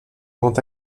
grand